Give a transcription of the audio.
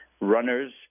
runners